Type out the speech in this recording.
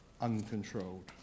uncontrolled